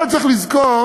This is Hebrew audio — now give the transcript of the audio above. אבל צריך לזכור,